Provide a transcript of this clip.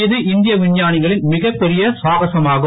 இது இந்திய விஞ்ஞானிகளின் மிக பெரிய சாகசமாகும்